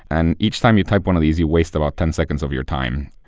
and each time you type one of these, you waste about ten seconds of your time.